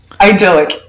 Idyllic